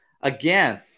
again